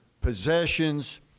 possessions